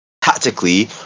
tactically